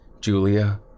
Julia